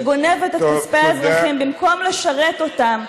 שגונבת את כספי האזרחים במקום לשרת אותם,